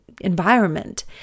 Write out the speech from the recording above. environment